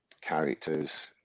characters